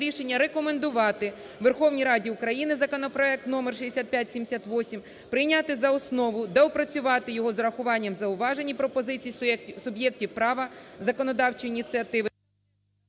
рішення рекомендувати Верховній Раді України законопроект № 6578 прийняти за основу, доопрацювати його з урахуванням зауважень і пропозицій суб'єктів права законодавчої ініціативи…